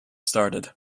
started